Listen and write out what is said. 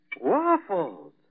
Waffles